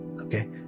okay